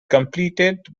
completed